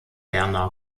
berner